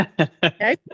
Okay